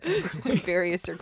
various